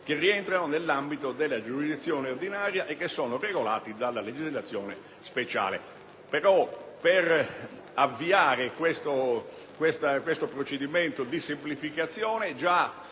che rientrano nell'ambito della giurisdizione ordinaria e che sono regolati dalla legislazione speciale».